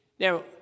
Now